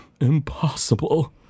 impossible